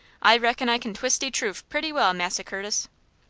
i reckon i can twis' de trufe pretty well, massa curtis!